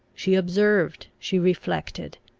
she observed, she reflected.